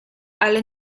ale